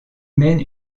mène